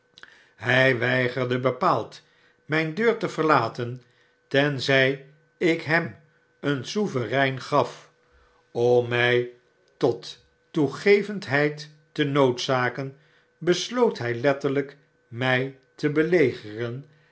hy weigerde bepaald myn deur te verlaten tenzj ik hem een sovereign gaf om mj tot toegevendheid te noodzaken besloot hij letterlp mg te belegeren